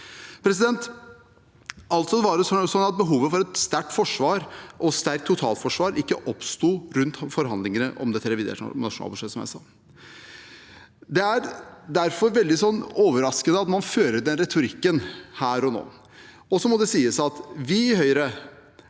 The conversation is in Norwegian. på det. Det var altså slik at behovet for et sterkt forsvar og et sterkt totalforsvar ikke oppsto rundt forhandlingene om dette reviderte nasjonalbudsjettet, som jeg sa. Det er derfor veldig overraskende at man fører den retorikken her og nå. Det må sies at vi i Høyre